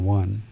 one